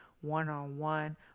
one-on-one